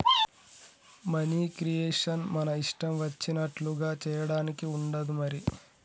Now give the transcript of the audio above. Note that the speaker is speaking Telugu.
మనీ క్రియేషన్ మన ఇష్టం వచ్చినట్లుగా చేయడానికి ఉండదు మరి